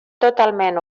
totalment